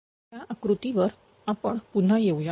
या आकृती वर आपण पुन्हा येऊया